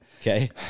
Okay